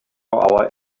our